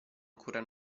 ancora